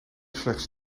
slechts